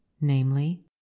namely